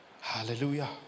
hallelujah